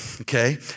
okay